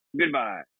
Goodbye